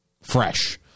fresh